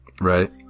Right